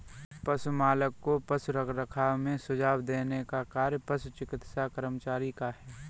पशु मालिक को पशु रखरखाव में सुझाव देने का कार्य पशु चिकित्सा कर्मचारी का है